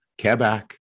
Quebec